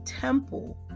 temple